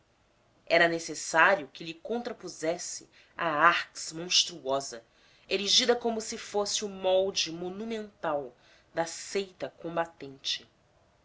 era necessário que se lhe contrapusesse a arx monstruosa erigida como se fosse o molde monumental da seita combatente